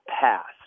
passed